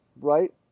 right